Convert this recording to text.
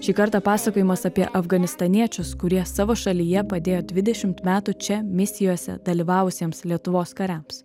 šį kartą pasakojimas apie afganistaniečius kurie savo šalyje padėjo dvidešimt metų čia misijose dalyvavusiems lietuvos kariams